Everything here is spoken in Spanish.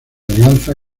alianza